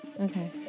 Okay